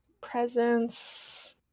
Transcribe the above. Presents